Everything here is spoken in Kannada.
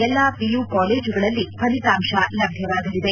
ಎಲ್ಲಾ ಪಿಯು ಕಾಲೇಜುಗಳಲ್ಲಿ ಫಲಿತಾಂತ ಲಭ್ಯವಾಗಲಿದೆ